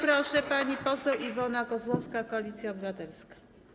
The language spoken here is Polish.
Bardzo proszę, pani poseł Iwona Kozłowska, Koalicja Obywatelska.